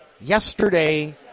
yesterday